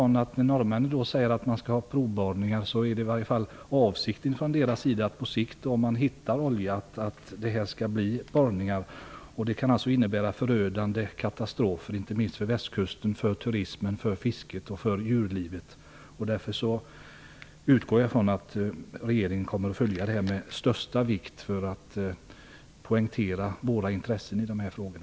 Norrmännen säger nu att det är provborrningar. Man får väl ändå utgå från att det på sikt skall bli borrningar om de hittar olja. Det kan alltså innebära förödande katastrofer för inte minst västkusten, turismen, fisket och djurlivet. Därför utgår jag från att regeringen kommer att följa frågan med största uppmärksamhet för att poängtera våra intressen i dessa frågor.